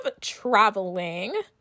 traveling